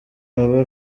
aba